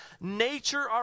Nature